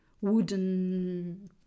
wooden